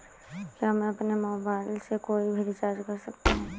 क्या मैं अपने मोबाइल से कोई भी रिचार्ज कर सकता हूँ?